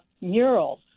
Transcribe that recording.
murals